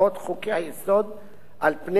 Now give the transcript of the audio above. על פני הוראותיהם של חוקים רגילים,